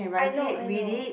I know I know